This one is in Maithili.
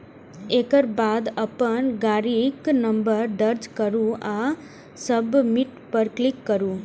एकर बाद अपन गाड़ीक नंबर दर्ज करू आ सबमिट पर क्लिक करू